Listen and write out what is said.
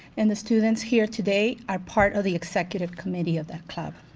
and the students here today are part of the executive committee of that club.